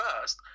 first